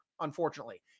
unfortunately